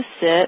sit